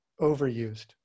Overused